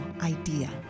idea